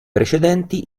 precedenti